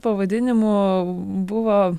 pavadinimo buvo